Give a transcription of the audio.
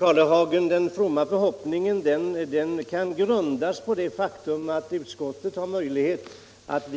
Herr talman! Den fromma förhoppningen kan, herr Karlehagen, grundas på det faktum att utskottet har möjligheter att